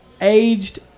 aged